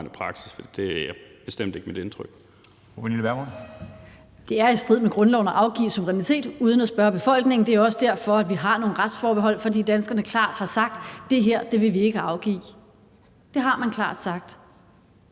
Det er i strid med grundloven at afgive suverænitet uden at spørge befolkningen. Det er også derfor, vi har nogle retsforbehold. Danskerne har klart sagt, at det her vil vi ikke afgive – det har man klart sagt.